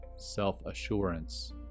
self-assurance